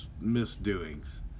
misdoings